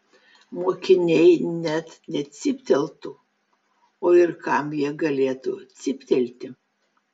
mokiniai net necypteltų o ir kam jie galėtų cyptelti